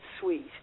sweet